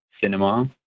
cinema